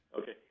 Okay